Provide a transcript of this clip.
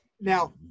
now